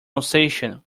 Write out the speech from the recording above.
alsatian